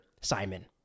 Simon